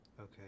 Okay